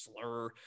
slur